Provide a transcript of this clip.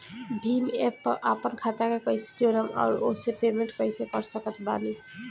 Bhim app पर आपन खाता के कईसे जोड़म आउर ओसे पेमेंट कईसे कर सकत बानी?